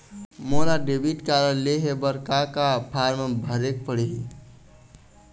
मोला debit card लेहे बर का का फार्म भरेक पड़ही?